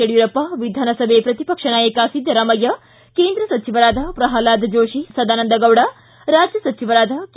ಯಡಿಯೂರಪ್ಪ ವಿಧಾನಸಭೆ ಪ್ರತಿಪಕ್ಷ ನಾಯಕ ಸಿದ್ದರಾಮಯ್ಯ ಕೇಂದ್ರ ಸಚಿವರಾದ ಪ್ರಹ್ಲಾದ್ ಜೋತಿ ಸದಾನಂದ ಗೌಡ ರಾಜ್ಯ ಸಚಿವರಾದ ಕೆ